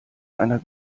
einer